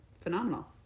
phenomenal